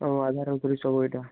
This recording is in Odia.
ଓହଃ ଆଧାର ଉପରେ ସେ ବହିଟା